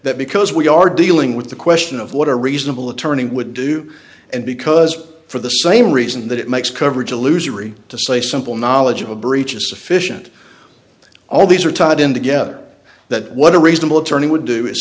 that because we are dealing with the question of what a reasonable attorney would do and because for the same reason that it makes coverage illusionary to say a simple knowledge of a breach is sufficient all these are tied in together that what a reasonable attorney would do is